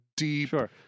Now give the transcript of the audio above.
Sure